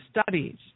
studies